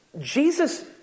Jesus